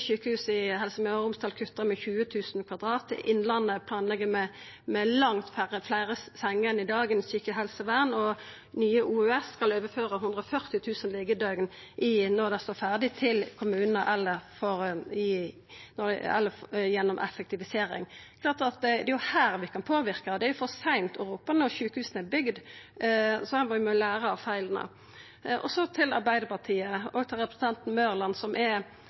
i Helse Møre og Romsdal kuttar med 20 000 kvadratmeter, Innlandet planlegg med langt færre senger enn i dag i psykisk helsevern, og Nye Oslo universitetssykehus skal når det står ferdig, overføra 140 000 liggedøgn til kommunane eller gjennom effektivisering. Det er jo klart at det er her vi kan påverka, det er for seint å hoppa når sjukehusa er bygde, så her må ein læra av feila. Så til Arbeidarpartiet og til representanten Mørland, som er